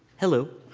hello.